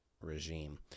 regime